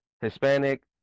hispanic